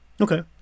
Okay